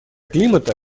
климата